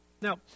Now